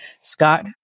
Scott